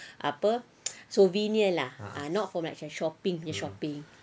apa souvenir lah not so much for shopping punya shopping